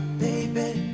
baby